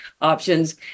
options